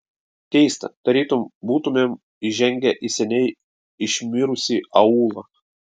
keista tarytum būtumėm įžengę į seniai išmirusį aūlą